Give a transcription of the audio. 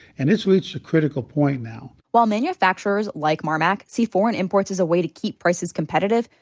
and it's reached a critical point now. while manufacturers like mar-mac see foreign imports as a way to keep prices competitive,